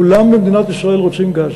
כולם במדינת ישראל רוצים גז.